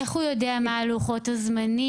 איך הוא יודע מה לוחות הזמנים?